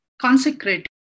consecrated